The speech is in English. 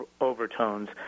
overtones